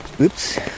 Oops